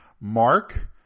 Mark